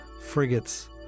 frigates